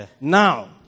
Now